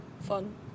fun